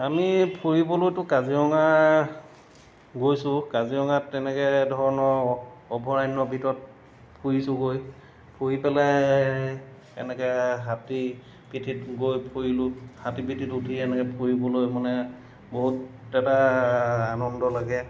আমি ফুৰিবলৈতো কাজিৰঙা গৈছোঁ কাজিৰঙাত তেনেকৈ ধৰণৰ অভয়াৰণ্যৰ ভিতৰত ফুৰিছোঁগৈ ফুৰি পেলাই এনেকৈ হাতী পিঠিত গৈ ফুৰিলোঁ হাতী পিঠিত উঠি এনেকৈ ফুৰিবলৈ মানে বহুত এটা আনন্দ লাগে